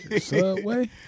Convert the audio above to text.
Subway